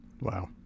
wow